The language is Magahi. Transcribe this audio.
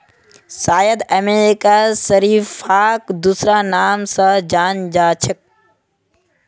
शायद अमेरिकात शरीफाक दूसरा नाम स जान छेक